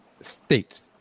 states